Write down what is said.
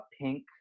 pink